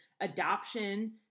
adoption